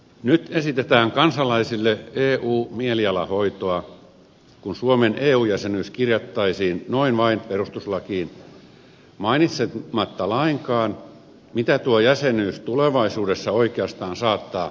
nyt esitetään kansalaisille eu mielialahoitoa kun suomen eu jäsenyys kirjattaisiin noin vain perustuslakiin mainitsematta lainkaan mitä tuo jäsenyys tulevaisuudessa oikeastaan saattaa merkitä